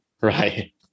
Right